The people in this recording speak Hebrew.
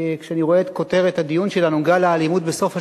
כשאני רואה את כותרת הדיון שלנו: גל האלימות בסוף השבוע,